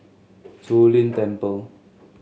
Zu Lin Temple